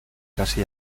casi